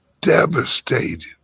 devastated